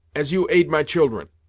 as you aid my children!